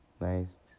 nice